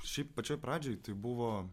šiaip pačioj pradžioj tai buvo